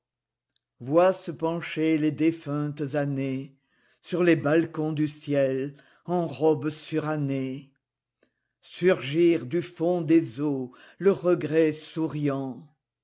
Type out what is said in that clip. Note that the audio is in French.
vois se pencher les défuntes années sur les balcons du ciel en robes surannées surgir du fond des eaux le regret souriant